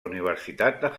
universitat